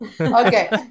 Okay